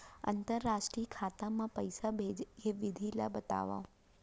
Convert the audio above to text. अंतरराष्ट्रीय खाता मा पइसा भेजे के विधि ला बतावव?